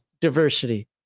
diversity